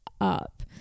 up